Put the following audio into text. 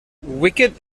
wicket